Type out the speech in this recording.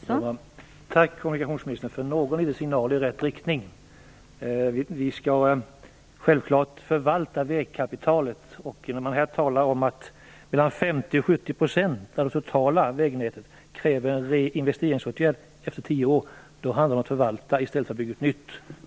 Fru talman! Tack, kommunikationsministern, för en liten signal i rätt riktning. Vi skall självklart förvalta vägkapitalet. Man talar här om att 50-70 % av det totala vägnätet kräver reinvesteringar efter tio år. Då handlar det om att förvalta i stället för att bygga något nytt.